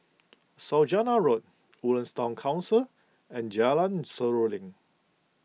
Saujana Road Woodlands Town Concert and Jalan Seruling